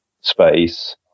space